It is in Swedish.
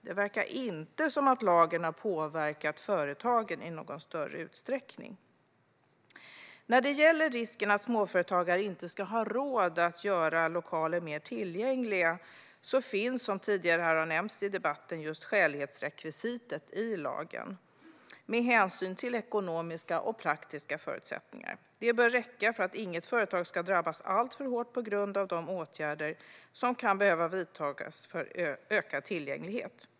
Det verkar inte som att lagen har påverkat företagen i någon större utsträckning. När det gäller risken att småföretagare inte ska ha råd att göra lokaler mer tillgängliga finns det, som tidigare har nämnts här i debatten, ett skälighetsrekvisit i lagen med hänsyn till ekonomiska och praktiska förutsättningar. Det bör räcka för att inget företag ska drabbas alltför hårt på grund av de åtgärder som kan behöva vidtas för ökad tillgänglighet.